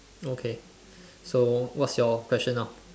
okay so what's your question now